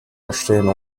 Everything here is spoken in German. verstehen